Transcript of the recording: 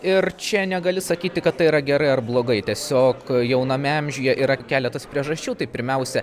ir čia negali sakyti kad tai yra gerai ar blogai tiesiog jauname amžiuje yra keletas priežasčių tai pirmiausia